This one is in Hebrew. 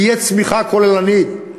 תהיה צמיחה כוללנית.